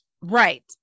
Right